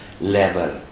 level